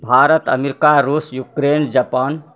Bharat America रूस Ukraine Japan